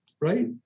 Right